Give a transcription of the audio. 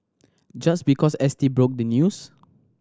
just because S T broke the news